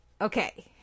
Okay